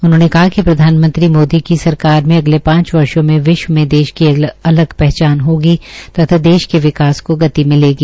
उन्होंने कहा कि प्रधानमंत्री मोदी की सरकार में अगले पांच वर्षो मे विश्व में देश की एक अलग पहचान होगी तथा देश के विकास को गति मिलेगी